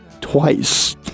twice